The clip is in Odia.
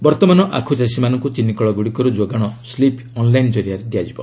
ବର୍ତ୍ତମାନ ଆଖୁଚାଷୀମାନଙ୍କୁ ଚିନିକଳଗୁଡ଼ିକରୁ ଯୋଗାଣ ସ୍କିପ୍ ଅନ୍ଲାଇନ୍ ଜରିଆରେ ଦିଆଯିବ